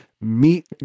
meet